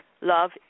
Love